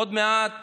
עוד מעט